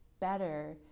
better